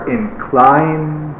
inclined